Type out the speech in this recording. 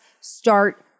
start